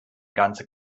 ganze